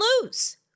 lose